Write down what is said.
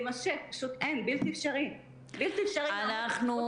להם במקרה אולי פלאפון שיש בו אפשרות לשיחת